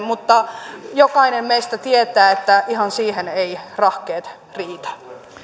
mutta jokainen meistä tietää että ihan siihen eivät rahkeet riitä